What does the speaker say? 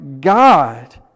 God